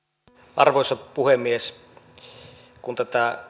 arvoisa puhemies kun tätä